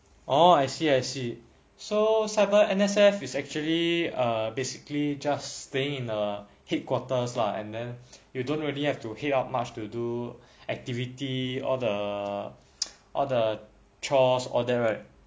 orh I see I see so cyber N_S_F is actually err basically just staying in the headquarters lah and then you don't really have to head out much to do activity or the or the chores all that right